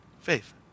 faith